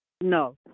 No